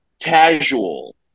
casual